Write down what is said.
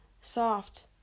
soft